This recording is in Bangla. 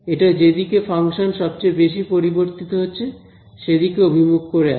এটা যে দিকে ফাংশন সবচেয়ে বেশি পরিবর্তিত হচ্ছে সেদিকে অভিমুখ করে আছে